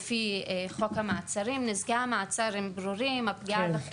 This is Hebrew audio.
נזקי המעצר הם ברורים, הפגיעה בחירות, בפרטיות.